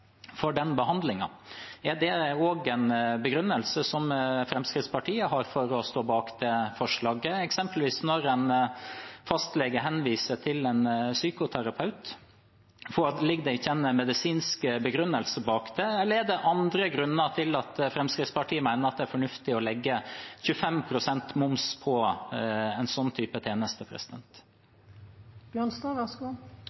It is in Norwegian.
for den behandlingen. Er det en begrunnelse som Fremskrittspartiet også har for å stå bak det forslaget? For eksempel når en fastlege henviser til en psykoterapeut, foreligger det ikke en medisinsk begrunnelse for det? Eller er det andre grunner til at Fremskrittspartiet mener at det er fornuftig å legge 25 pst. moms på en